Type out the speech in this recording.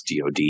DoD